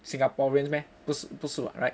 singaporeans meh 不是不是 [what] right